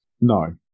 No